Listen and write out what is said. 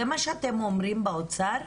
זה מה שאתם אומרים באוצר?